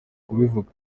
kubivuga